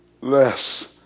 less